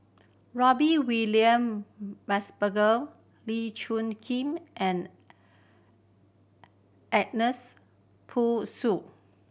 William Mosbergen Lee Choon Kee and Ernest